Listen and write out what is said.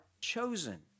chosen